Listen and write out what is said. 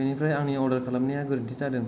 बेनिफ्राय आंनि अरदार खालामनाया गोरोन्थि जादों